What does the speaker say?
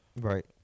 Right